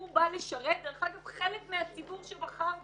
הוא בא לשרת דרך אגב, חלק מהציבור שבחר בו.